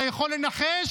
אתה יכול לנחש?